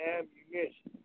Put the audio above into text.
Ammunition